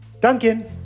Duncan